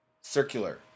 circular